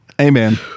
amen